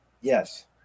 Yes